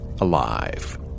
alive